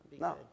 No